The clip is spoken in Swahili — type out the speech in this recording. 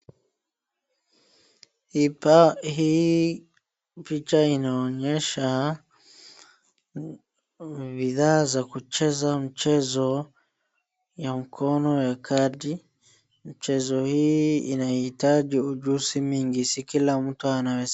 Hii picha inaonyesha bidhaa za kucheza mchezo ya mikono ya kadi. Mchezo hii inaitaji ujuzi mwingi sio kila mtu anaweza...